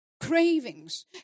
Cravings